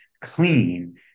clean